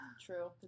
true